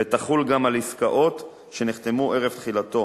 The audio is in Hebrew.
ותחול גם על עסקאות שנחתמו ערב תחילתו.